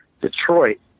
Detroit